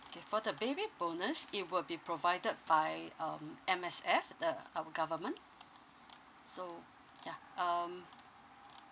K for the baby bonus it will be provided by um M_S_F the our government so yeah um